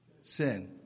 sin